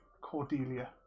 Cordelia